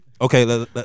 okay